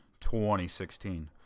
2016